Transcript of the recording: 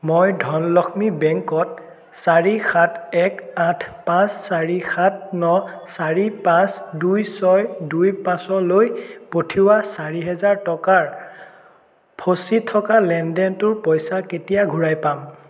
মই ধনলক্ষ্মী বেংকত চাৰি সাত এক আঠ পাঁচ চাৰি সাত ন চাৰি পাঁচ দুই ছয় দুই পাঁচলৈ পঠিওৱা চাৰি হেজাৰ টকাৰ ফঁচি থকা লেনদেনটোৰ পইচা কেতিয়া ঘূৰাই পাম